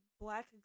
black